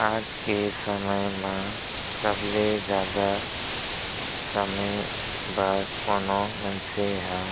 आज के समय म सबले जादा समे बर कोनो मनसे ह